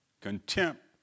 contempt